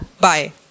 Bye